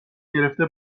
گرفته